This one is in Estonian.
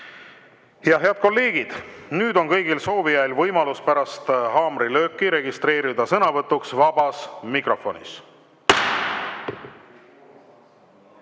Head kolleegid, nüüd on kõigil soovijail võimalus pärast haamrilööki registreeruda sõnavõtuks vabas mikrofonis.